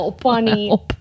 Funny